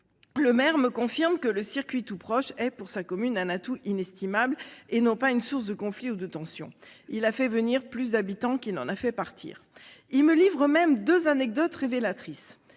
Le maire me confirme que le circuit tout proche est pour sa commune un atout inestimable et non pas une source de conflit ou de tension. Il a fait venir plus d'habitants qu'il en a fait partir. Il me livre même deux anecdotes révélatrices.